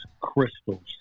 crystals